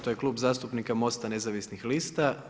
To je Klub zastupnika MOST-a nezavisnih lista.